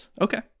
Okay